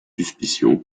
suspicion